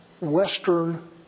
Western